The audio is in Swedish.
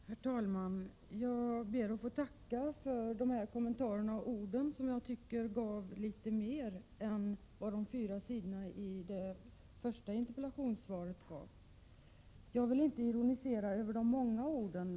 Herr talman! Jag ber att få tacka för de här kommentarerna, som jag tycker gav litet mer än alla sidorna i det skrivna interpellationssvaret. Jag ville inte ironisera över de många orden.